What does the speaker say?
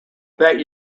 that